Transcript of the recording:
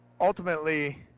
Ultimately